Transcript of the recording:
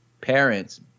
parents